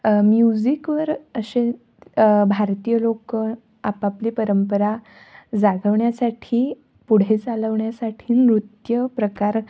म्युझिकवर असे भारतीय लोक आपापली परंपरा जागवण्यासाठी पुढे चालवण्यासाठी नृत्य प्रकार